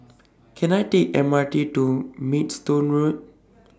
Can I Take M R T to Maidstone Road